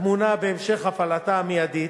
הטמונה בהמשך הפעלתה המיידית,